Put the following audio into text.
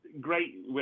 great-